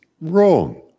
wrong